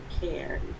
care